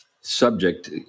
subject